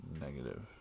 negative